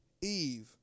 Eve